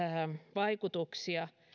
vaikutuksia